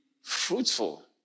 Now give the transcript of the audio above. fruitful